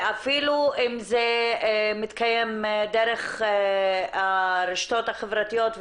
ואפילו אם זה מתקיים דרך הרשתות החברתיות,